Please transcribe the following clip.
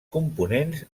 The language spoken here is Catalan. components